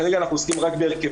כרגע אנחנו עוסקים רק בהרכבים.